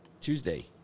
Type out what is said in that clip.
Tuesday